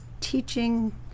teaching